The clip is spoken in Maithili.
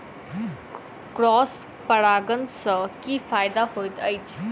क्रॉस परागण सँ की फायदा हएत अछि?